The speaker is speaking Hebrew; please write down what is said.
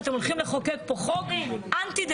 ואתם הולכים לחוקק פה חוק אנטי-דמוקרטי.